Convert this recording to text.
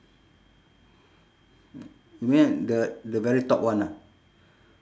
you mean the the very top one ah